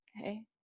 okay